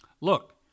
Look